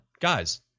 guys